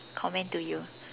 command to you